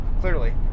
clearly